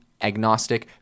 agnostic